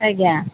ଆଜ୍ଞା